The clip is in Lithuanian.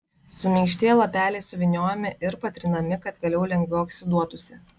suminkštėję lapeliai suvyniojami ir patrinami kad vėliau lengviau oksiduotųsi